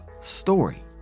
story